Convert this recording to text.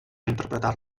interpretar